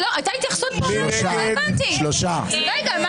מי נמנע?